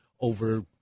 over